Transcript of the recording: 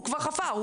הוא כבר חפר.